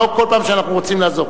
לא כל פעם שאנחנו רוצים לעזור,